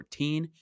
14